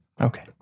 okay